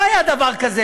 לא היה דבר כזה.